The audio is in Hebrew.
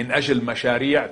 וגם את הכספים המגיעים